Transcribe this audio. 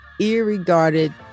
irregarded